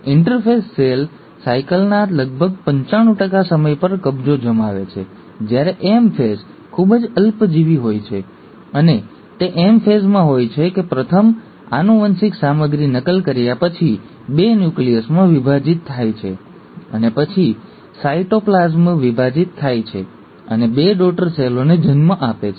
interphase cell સાયકલના લગભગ પંચાણું ટકા સમય પર કબજો જમાવે છે જ્યારે M ફેઝ ખૂબ જ અલ્પજીવી હોય છે અને તે M ફેઝમાં હોય છે કે પ્રથમ આનુવંશિક સામગ્રી નકલ કર્યા પછી બે ન્યુક્લિયસમાં વિભાજિત થાય છે અને પછી સાયટોપ્લાસમ વિભાજિત થાય છે અને બે ડૉટર સેલોને જન્મ આપે છે